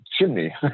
chimney